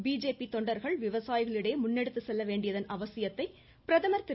BJP தொண்டர்கள் விவசாயிகளிடையே முன்னெடுத்துச்செல்ல வேண்டியதன் அவசியத்தை பிரதமர் திரு